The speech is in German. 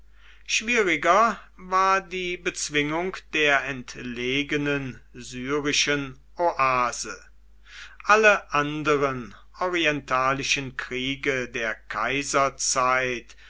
schwieriger war die bezwingung der entlegenen syrischen oase alle anderen orientalischen kriege der kaiserzeit